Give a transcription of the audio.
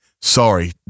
Sorry